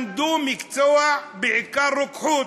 למדו מקצוע, בעיקר רוקחות.